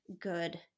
good